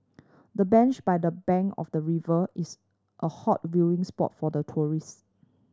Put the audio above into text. the bench by the bank of the river is a hot viewing spot for the tourist